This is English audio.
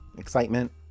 excitement